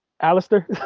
Alistair